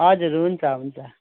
हजुर हुन्छ हुन्छ